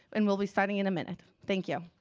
and we'll be starting in a minute. thank you.